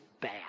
bad